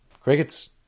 crickets